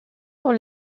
dans